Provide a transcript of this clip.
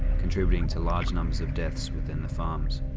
contributing to large numbers of deaths within the farms.